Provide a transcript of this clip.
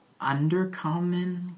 Undercommon